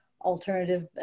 alternative